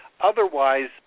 Otherwise